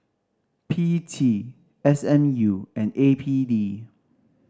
P T S M U and A P D